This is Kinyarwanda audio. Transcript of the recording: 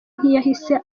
ntiyahise